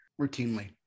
routinely